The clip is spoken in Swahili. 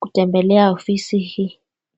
kutembelea ofisi hii.